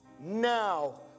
Now